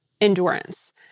endurance